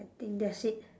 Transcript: I think that's it